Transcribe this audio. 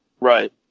Right